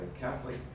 Catholic